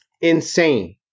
insane